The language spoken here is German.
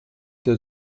der